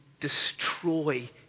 destroy